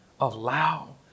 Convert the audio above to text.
allow